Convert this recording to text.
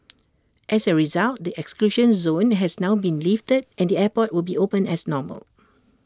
as A result the exclusion zone has now been lifted and the airport will be open as normal